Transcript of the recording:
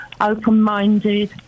open-minded